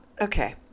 okay